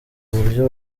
buryo